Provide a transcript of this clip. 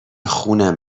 خونم